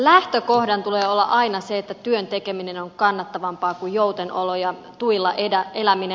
lähtökohdan tulee olla aina se että työn tekeminen on kannattavampaa kuin joutenolo ja tuilla eläminen